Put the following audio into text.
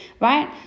right